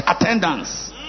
attendance